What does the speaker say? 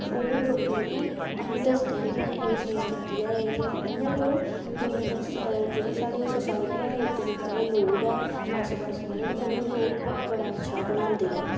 ओह् लोकें गी अस दसदें आ कि असें एह् चीज़ कीती ऐ इयां गै एह् जेह्ड़ी साढ़ी सोसाईटी ऐ एह् इध्दर आह्ले लोग ऐ आस्सै पास्सै आह्ले ते उनें लोग बड़ा अच्छा बनांदे नै